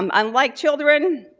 um unlike children,